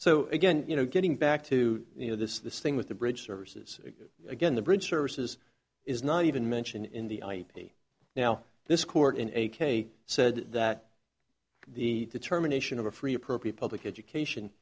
so again you know getting back to you know this this thing with the bridge services again the bridge services is not even mentioned in the ip now this court in a k said that the determination of a free appropriate public education